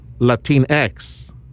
Latinx